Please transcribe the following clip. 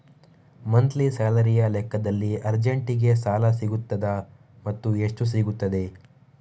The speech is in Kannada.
ಮಂತ್ಲಿ ಸ್ಯಾಲರಿಯ ಲೆಕ್ಕದಲ್ಲಿ ಅರ್ಜೆಂಟಿಗೆ ಸಾಲ ಸಿಗುತ್ತದಾ ಮತ್ತುಎಷ್ಟು ಸಿಗುತ್ತದೆ?